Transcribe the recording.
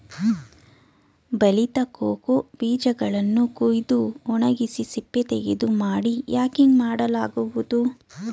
ಬಲಿತ ಕೋಕೋ ಬೀಜಗಳನ್ನು ಕುಯ್ದು ಒಣಗಿಸಿ ಸಿಪ್ಪೆತೆಗೆದು ಮಾಡಿ ಯಾಕಿಂಗ್ ಮಾಡಲಾಗುವುದು